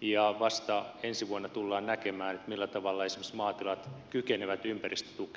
ja vasta ensi vuonna tullaan näkemään millä tavalla esimerkiksi maatilat kykenevät ympäristötukea hakemaan